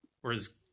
whereas